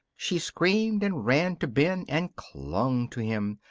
she screamed and ran to ben and clung to him,